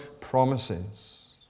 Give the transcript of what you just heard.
promises